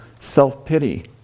Self-pity